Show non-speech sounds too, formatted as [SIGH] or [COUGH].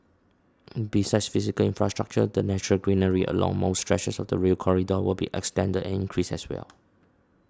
[NOISE] besides physical infrastructure the natural greenery along most stretches of the Rail Corridor will be extended and increased as well